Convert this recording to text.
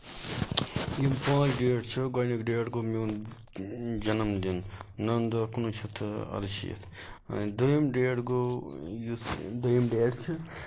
یِم پانٛژھ دیٹ چھِ گۄڈٕنک ڈیٹ گوٚو میون جَنَم دِن نَو دہ کُنوُہ شیٚتھ تہٕ اَر شیٖتھ دیٚیِم ڈیٹ گوٚو یُس دوٚیِم ڈیٹ چھُ